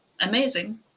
amazing